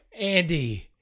Andy